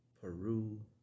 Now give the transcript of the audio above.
Peru